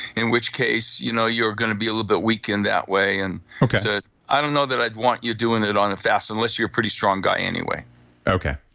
in which case you know you're going to be a little bit weak in that way. and so, i don't know that i'd want you doing it on a fast unless you're a pretty strong guy anyway okay.